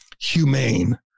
humane